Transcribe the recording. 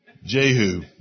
Jehu